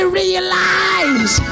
realize